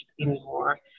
anymore